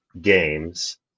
games